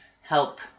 help